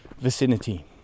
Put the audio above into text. vicinity